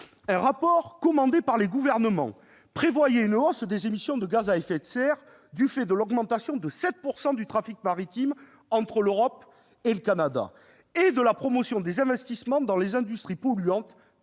Un rapport commandé par les gouvernements prévoyait une hausse des émissions de gaz à effet de serre, du fait de l'augmentation de 7 % du trafic maritime entre l'Europe et le Canada, et de la promotion des investissements dans des industries polluantes,